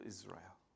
Israel